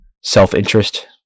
self-interest